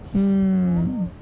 mm